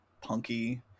punky